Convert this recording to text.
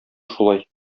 шулай